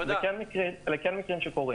אלו מקרים שקורים.